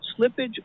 slippage